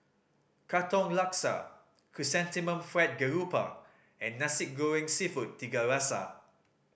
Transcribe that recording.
Katong Laksa Chrysanthemum Fried Garoupa and Nasi Goreng Seafood Tiga Rasa